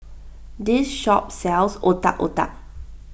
this shop sells Otak Otak